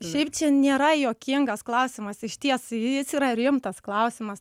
šiaip čia nėra juokingas klausimas išties jis yra rimtas klausimas